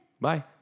Bye